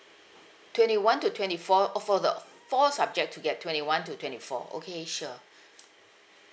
twenty one to twenty four or for the four subject to get twenty one to twenty four okay sure